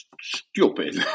stupid